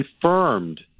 confirmed